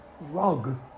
rug